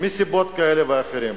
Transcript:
מסיבות כאלה ואחרות.